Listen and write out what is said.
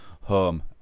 home